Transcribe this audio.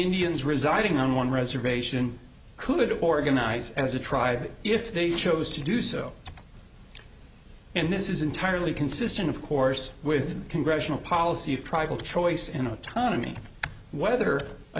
indians residing on one reservation could organize as a tribe if they chose to do so and this is entirely consistent of course with congressional policy of tribal choice and autonomy whether